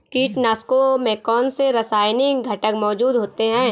कीटनाशकों में कौनसे रासायनिक घटक मौजूद होते हैं?